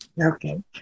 Okay